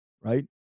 right